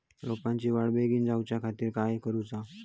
रोपाची वाढ बिगीन जाऊच्या खातीर काय करुचा?